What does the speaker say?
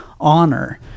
honor